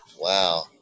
Wow